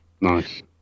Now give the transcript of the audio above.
Nice